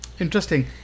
Interesting